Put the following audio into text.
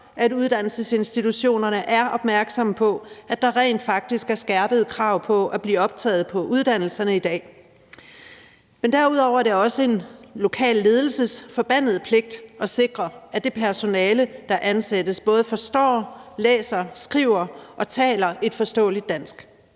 at uddannelsesinstitutionerne er opmærksomme på, at der rent faktisk er skærpede krav til at blive optaget på uddannelserne i dag. Derudover er det også en lokal ledelses forbandede pligt at sikre, at det personale, der ansættes, både forstår, læser, skriver og taler et forståeligt dansk.